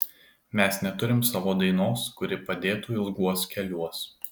mes neturim savo dainos kuri padėtų ilguos keliuos